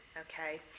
Okay